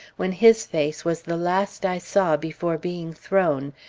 when his face was the last i saw before being thrown,